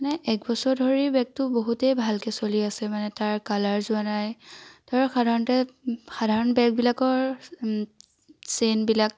মানে এক বছৰ ধৰি বেগটো বহুতেই ভালকৈ চলি আছে মানে তাৰ কালাৰ যোৱা নাই ধৰক সাধাৰণতে সাধাৰণ বেগবিলাকৰ চেইনবিলাক